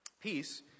peace